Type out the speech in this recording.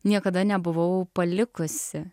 niekada nebuvau palikusi